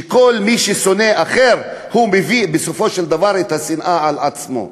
שכל מי ששונא אחר הוא מביא בסופו של דבר את השנאה על עצמו.